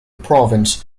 province